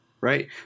right